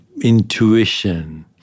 intuition